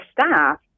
staff